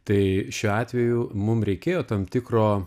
tai šiuo atveju mum reikėjo tam tikro